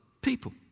people